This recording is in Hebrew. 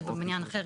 ובבניין אחר